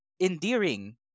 endearing